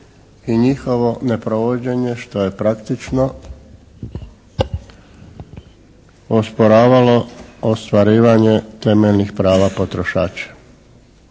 i njihovo neprovođenje, što je praktično osporavalo ostvarivanje temeljnih prava potrošača.